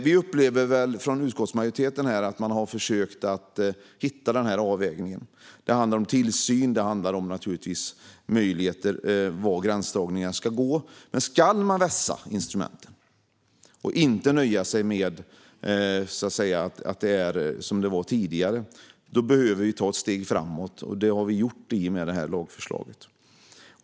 Vi i utskottsmajoriteten upplever att vi har försökt att göra denna avvägning. Det handlar om tillsyn och var gränsdragningen ska göras. Men om vi ska vässa instrumenten och inte nöja oss med hur det var tidigare behöver vi ta ett steg framåt, och det har vi gjort i och med lagförslaget.